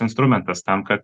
instrumentas tam kad